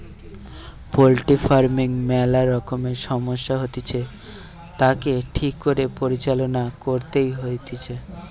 poultry farming ম্যালা রকমের সমস্যা হতিছে, তাকে ঠিক করে পরিচালনা করতে হইতিছে